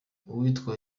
uwitwa